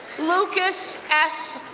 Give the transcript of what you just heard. lucas s.